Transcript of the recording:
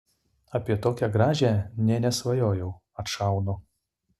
apie tokią gražią nė nesvajojau atšaunu